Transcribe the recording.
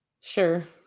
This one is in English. Sure